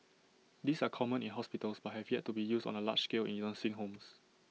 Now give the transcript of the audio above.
these are common in hospitals but have yet to be used on A large scale in nursing homes